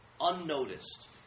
unnoticed